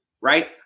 Right